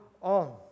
on